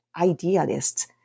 idealists